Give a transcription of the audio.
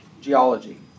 geology